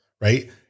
right